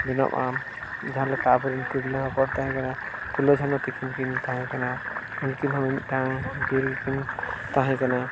ᱵᱮᱱᱟᱜᱼᱟ ᱡᱟᱦᱟᱸ ᱞᱮᱠᱟ ᱟᱵᱚᱨᱮᱱ ᱛᱤᱨᱞᱟᱹ ᱦᱚᱯᱚᱱ ᱛᱟᱦᱮᱸ ᱠᱟᱱᱟ ᱯᱷᱩᱞᱳ ᱡᱷᱟᱱᱳ ᱛᱟᱹᱠᱤᱱ ᱠᱤᱱ ᱛᱟᱦᱮᱸ ᱠᱟᱱᱟ ᱩᱱᱠᱤᱱ ᱦᱚᱸ ᱢᱤᱢᱤᱫᱴᱟᱱ ᱵᱤᱨ ᱜᱮᱠᱤᱱ ᱛᱟᱦᱮᱸ ᱠᱟᱱᱟ